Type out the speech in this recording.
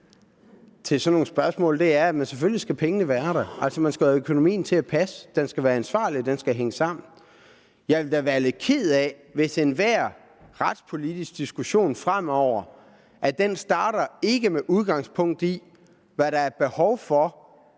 til sådan nogle spørgsmål er, at selvfølgelig skal pengene være der. Man skal have økonomien til at passe, den skal være ansvarlig, og den skal hænge sammen. Jeg ville da være lidt ked af, hvis enhver retspolitisk diskussion fremover ikke starter med udgangspunkt i, hvad der er behov for